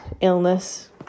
illness